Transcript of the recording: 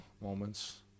moments